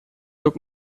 took